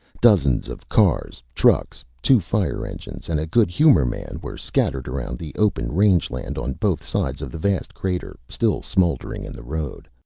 dozens of cars, trucks, two fire engines and a good humor man were scattered around the open range land on both sides of the vast crater still smoldering in the road.